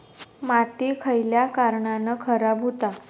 माती खयल्या कारणान खराब हुता?